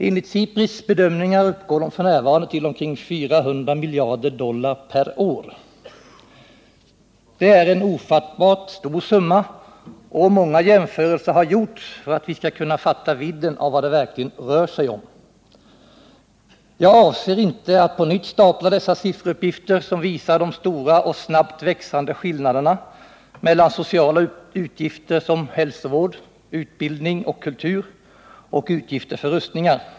Enligt SIPRI:s bedömningar uppgår de f. n. till omkring 400 miljarder dollar per år. Det är en ofattbart stor summa, och många jämförelser har gjorts för att vi skall kunna fatta vidden av vad det verkligen rör sig om. Jag avser inte att på nytt stapla upp de sifferuppgifter som visar de stora och snabbt växande skillnaderna mellan å ena sidan sociala utgifter, utgifter för hälsovård, utbildning och kultur och å andra sidan utgifter för rustningar.